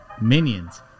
minions